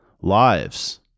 lives